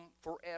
forever